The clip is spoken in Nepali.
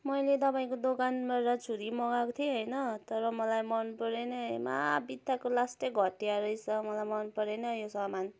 मैले तपाईँको दोकानबाट छुरी मगाएको थिएँ होइन तर मलाई मनपरेन यो महा बित्थाको लास्टै घटिया रहेछ मलाई मनपरेन यो सामान